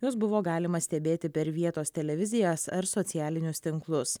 juos buvo galima stebėti per vietos televizijas ar socialinius tinklus